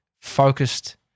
focused